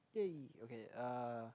!yay! okay uh